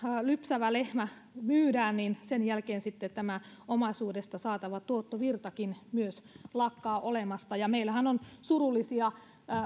lypsävä lehmä myydään sen jälkeen sitten omaisuudesta saatava tuottovirtakin myös lakkaa olemasta ja meillähän on surullisia